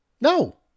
No